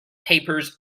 papers